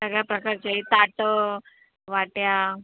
सगळ्या प्रकारचे ताटं वाट्या